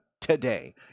today